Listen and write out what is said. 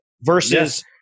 Versus